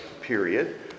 Period